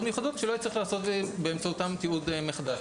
מיוחדות שלא יצטרך לעשות באמצעותן תיעוד מחדש.